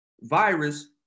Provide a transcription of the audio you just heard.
virus